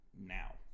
now